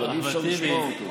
אבל אי-אפשר לשמוע אותו.